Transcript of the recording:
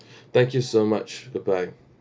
thank you so much goodbye